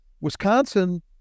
Wisconsin